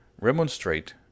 remonstrate